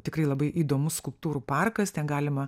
tikrai labai įdomus skulptūrų parkas ten galima